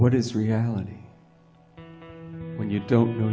what is reality when you don't know